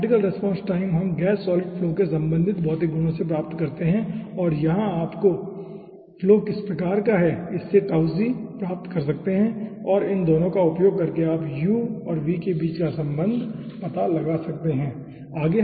particle response time हम gas solid flow के संबंधित भौतिक गुणों से प्राप्त कर सकते हैं और यहां आपका फ्लो किस प्रकार का हैं इससे प्राप्त कर सकते है और इन दोनों का उपयोग करके आप v और u के बीच संबंध का पता लगा सकते हैं ठीक